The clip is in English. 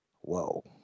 Whoa